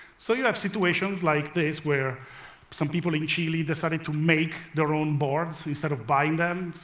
so you have situations like this, where some people in chile decided to make their own boards instead of buying them,